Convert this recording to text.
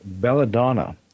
belladonna